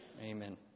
Amen